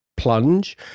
plunge